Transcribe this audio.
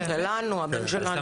שלנו, הבן שלנו אצלך.